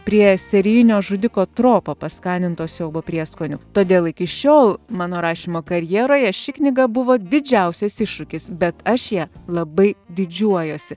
prie serijinio žudiko tropo paskaninto siaubo prieskoniu todėl iki šiol mano rašymą karjeroje ši knyga buvo didžiausias iššūkis bet aš ja labai didžiuojuosi